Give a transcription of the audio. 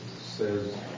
says